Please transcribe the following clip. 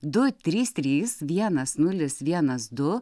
du trys trys vienas nulis vienas du